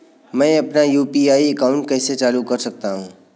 मैं अपना UPI account कैसे चालू कर सकता हूँ?